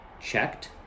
checked